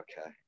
okay